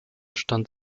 stand